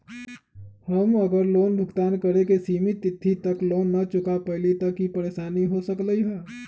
अगर हम लोन भुगतान करे के सिमित तिथि तक लोन न चुका पईली त की की परेशानी हो सकलई ह?